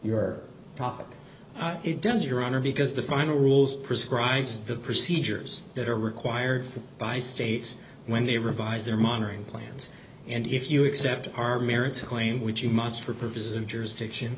property it does your honor because the final rules prescribes the procedures that are required by states when they revise their monitoring plans and if you accept our merits of claim which you must for purposes of jer's diction